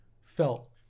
felt